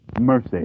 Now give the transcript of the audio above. mercy